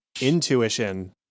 intuition